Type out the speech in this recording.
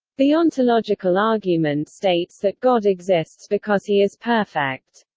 the ontological argument states that god exists because he is perfect.